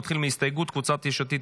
נתחיל מההסתייגויות: קבוצת סיעת יש עתיד,